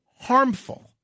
harmful